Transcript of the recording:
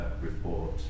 report